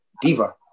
diva